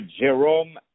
Jerome